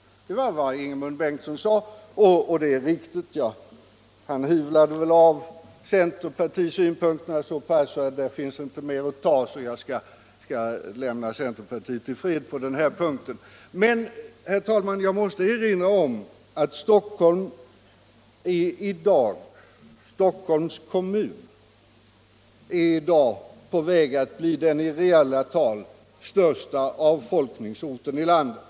Det var vad Ingemund Bengtsson sade, och det är riktigt. Han hyvlade väl av centerpartisynpunkterna så pass att där inte finns mer att ta, och jag skall därför lämna centerpartiet i fred på denna punkt. Men, herr talman, jag måste erinra om att Stockholms kommun är i dag på väg att bli den i reella tal största avfolkningsorten i landet.